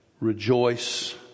rejoice